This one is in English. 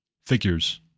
figures